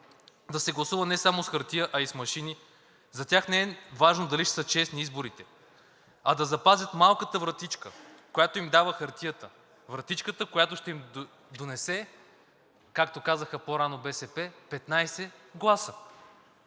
да се гласува не само с хартия, а и с машини. За тях не е важно дали ще са честни изборите, а да запазят малката вратичка, която им дава хартията, вратичката, която ще им донесе, както казаха по-рано БСП, 15 гласа.